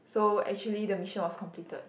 so actually the mission was completed